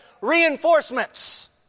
reinforcements